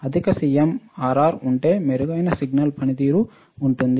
అధిక సీఎంఆర్ఆర్ ఉంటే మెరుగైన సిగ్నల్ పనితీరు ఉంటుంది